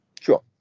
Sure